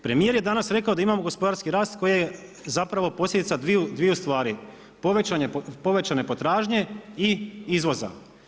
Premijer je danas rekao da imamo gospodarski rast koji je zapravo posljedica dviju stvari, povećane potražnje i izvoza.